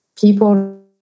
people